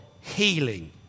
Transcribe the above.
healing